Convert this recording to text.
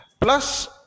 plus